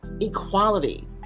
equality